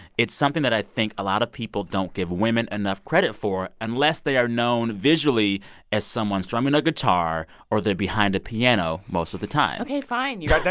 it's something that i think a lot of people don't give women enough credit for unless they are known visually as someone strumming a guitar or they're behind a piano most of the time. ok. fine. you. but